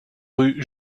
rue